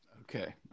Okay